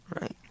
right